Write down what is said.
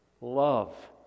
Love